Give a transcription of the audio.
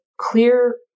clear